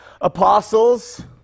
Apostles